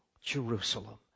Jerusalem